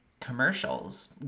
commercials